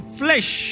flesh